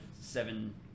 seven